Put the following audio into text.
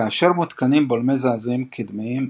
כאשר מותקנים בולמי זעזועים קדמיים,